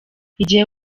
igihe